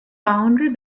boundary